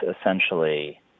essentially